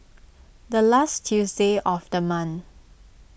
the last Tuesday of the month